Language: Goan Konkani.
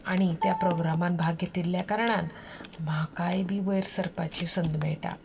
आनी त्या प्रोग्रामान भाग घेतिल्ल्या कारणान म्हाकाय बी वयर सरपाची संद मेळटा